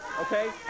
okay